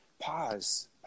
pause